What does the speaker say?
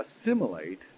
assimilate